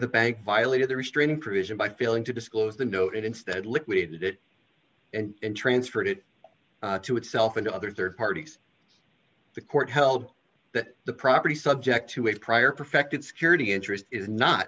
the bank violated the restraining provision by failing to disclose the note and instead liquidated it and transferred it to itself and other rd parties the court held that the property subject to a prior perfected security interest is not